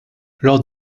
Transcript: lors